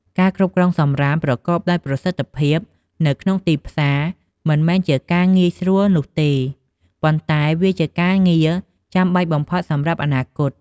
ការគ្រប់គ្រងសំរាមប្រកបដោយប្រសិទ្ធភាពនៅក្នុងទីផ្សារមិនមែនជាការងារងាយស្រួលនោះទេ ប៉ុន្តែវាជាការងារចាំបាច់បំផុតសម្រាប់អនាគត។